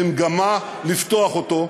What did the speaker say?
במגמה לפתוח אותו.